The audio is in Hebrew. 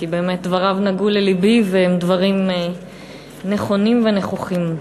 כי באמת דבריו נגעו ללבי והם דברים נכונים ונכוחים.